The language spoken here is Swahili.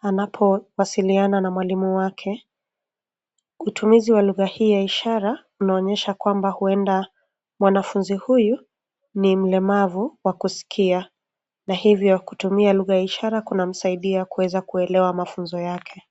anapowasiliana na mwalimu wake. Utumizi wa lugha hii ya ishara unaonyesha kwamba huenda mwanafunzi huyu ni mlemavu wa kusikia na hivyo kutumia lugha ya ishara kunamsaidia kuweza kuelewa mafunzo yake.